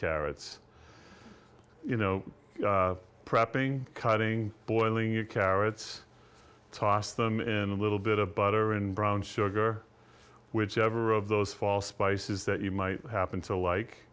carrots you know prepping cutting boiling you carrots toss them in a little bit of butter and brown sugar whichever of those fall spices that you might happen to like